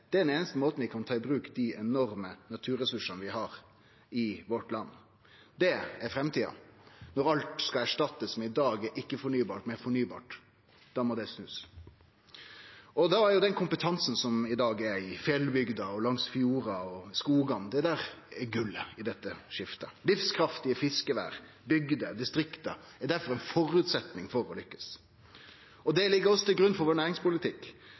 Det er den einaste måten vi kan ta i bruk dei enorme naturressursane vi har i vårt land, på. Det er framtida, når alt som i dag er ikkje-fornybart, skal erstattast med fornybart. Da må det snuast. Kompetansen som i dag er i fjellbygder, langs fjordar og i skogane, er gullet i dette skiftet. Livskraftige fiskevær, bygder og distrikt er derfor ein føresetnad for å lukkast. Å snu utviklinga ligg også til grunn for vår næringspolitikk.